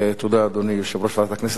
תודה, אדוני יושב-ראש ועדת הכנסת.